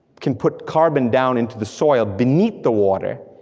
can put carbon down into the soil beneath the water,